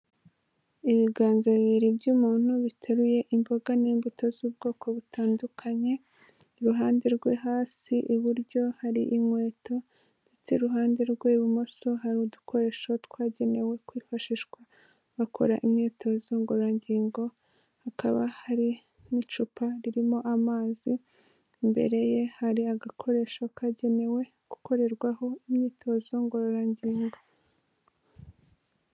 Ibiganza bibiri by'umuntu biteruye imboga n'imbuto z'ubwoko butandukanye, iruhande rwe hasi iburyo hari inkweto ndetse iruhande rwe ibumoso hari udukoresho twagenewe kwifashishwa bakora imyitozo ngororangingo, hakaba hari n'icupa ririmo amazi, imbere ye hari agakoresho kagenewe gukorerwaho imyitozo ngororangingo.